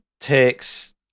takes